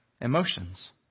emotions